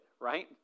right